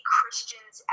Christians